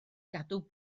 gadw